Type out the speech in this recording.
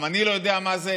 גם אני לא יודע מה זה